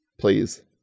please